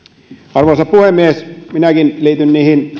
arvoisa puhemies minäkin liityn